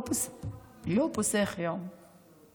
לא פוסח, יום.